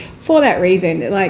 for that reason. like,